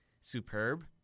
superb